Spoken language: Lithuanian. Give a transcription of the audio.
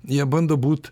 jie bando būt